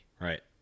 Right